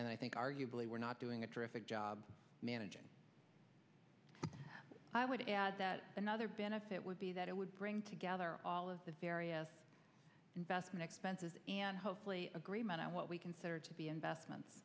and i think arguably we're not doing a terrific job managing i would add that another benefit would be that it would bring together all of the various investment expenses and hopefully agreement on what we consider to be